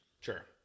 Sure